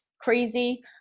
Crazy